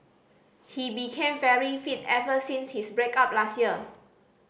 he became very fit ever since his break up last year